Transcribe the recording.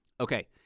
Okay